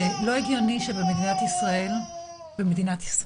שלא הגיוני שבמדינת ישראל הורים,